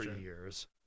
years